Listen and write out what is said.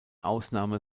ausnahme